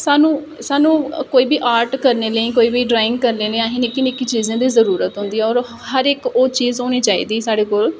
स्हानू कोई बी आर्ट करने लेई कोई बी ड्राइंग करने लेई असें निक्की निक्की चीजां दी जरुरत होंदी ऐ और हर इक ओह् चीज होनी चाहिदी साढ़े कोल